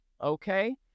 Okay